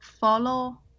follow